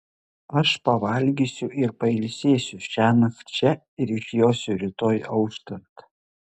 aš pavalgysiu ir pailsėsiu šiąnakt čia ir išjosiu rytoj auštant